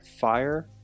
fire